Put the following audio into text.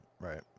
Right